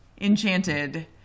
enchanted